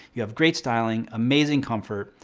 you have great styling, amazing comfort,